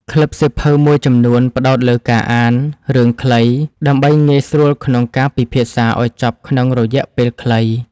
ក្លឹបសៀវភៅមួយចំនួនផ្ដោតលើការអាន រឿងខ្លី ដើម្បីងាយស្រួលក្នុងការពិភាក្សាឱ្យចប់ក្នុងរយៈពេលខ្លី។